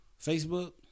Facebook